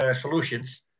Solutions